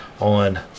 on